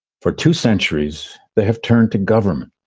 for two centuries, they have turned to government.